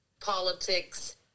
politics